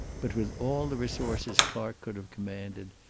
but with all the resources clark could have commanded,